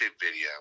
video